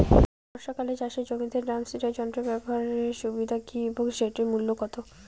বর্ষাকালে চাষের জমিতে ড্রাম সিডার যন্ত্র ব্যবহারের সুবিধা কী এবং সেটির মূল্য কত?